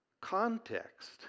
context